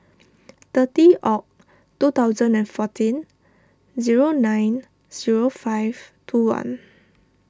thirty Oct two thousand and fourteen zero nine zero five two one